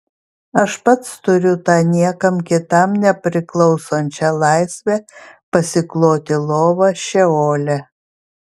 aš pats turiu tą niekam kitam nepriklausančią laisvę pasikloti lovą šeole